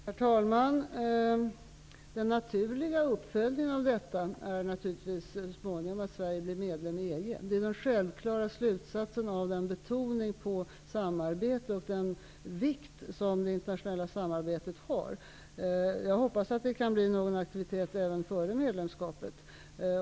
Herr talman! Den naturliga uppföljningen av detta är naturligtvis att Sverige så småningom blir medlem i EG. Det är den självklara slutsatsen av den vikt som det internationella samarbetet har. Jag hoppas att det kan bli någon aktivitet även före medlemskapet.